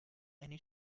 eine